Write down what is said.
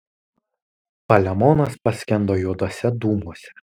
palemonas paskendo juoduose dūmuose